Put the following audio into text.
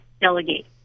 delegate